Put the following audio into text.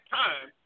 time